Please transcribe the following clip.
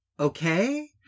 okay